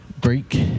break